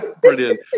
Brilliant